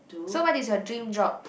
so what is your dream job